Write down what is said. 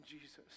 Jesus